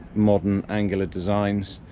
modern, angular designs,